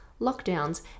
lockdowns